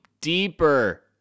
deeper